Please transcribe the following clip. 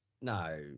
no